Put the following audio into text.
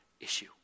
issue